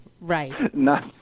Right